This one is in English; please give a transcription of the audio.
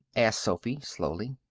asked sophy, slowly.